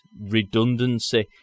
redundancy